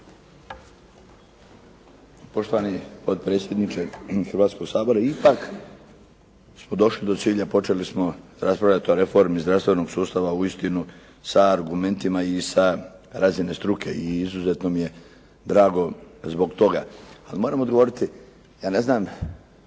Poštovani potpredsjedniče Hrvatskoga sabora, ipak smo došli do cilja, počeli smo raspravljati o reformi zdravstvenog sustava uistinu sa argumentima i sa razine struke i izuzetno mi je drago zbog toga. Ali moram odgovoriti, ja ne znam